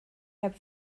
heb